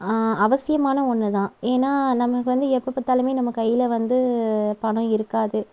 அவசியமான ஒன்று தான் ஏன்னா நமக்கு வந்து எப்பப் பார்த்தாலுமே நம்ம கையில் வந்து பணம் இருக்காது